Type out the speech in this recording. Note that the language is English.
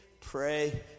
Pray